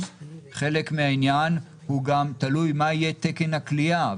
חלק מהעניין הוא גם תלוי במה יהיה תקן הכליאה,